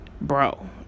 bro